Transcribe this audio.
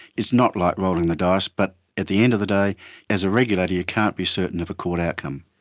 it's not like rolling the dice, but at the end of the day as a regulator you can't be certain of a court outcome.